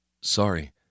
Sorry